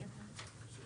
שעובדים.